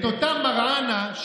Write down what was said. את אותה מראענה,